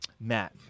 Matt